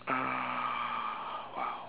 uh !wow!